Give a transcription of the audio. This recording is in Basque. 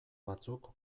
batzuk